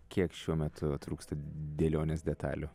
kiek šiuo metu trūksta dėlionės detalių